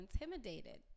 intimidated